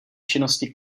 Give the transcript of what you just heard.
činnosti